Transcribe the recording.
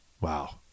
Wow